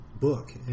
book